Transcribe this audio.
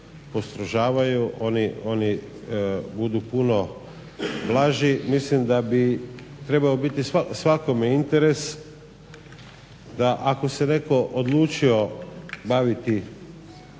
postrožavaju, oni budu puno blaži. Mislim da bi biti svakome interes, da ako se neko odlučio baviti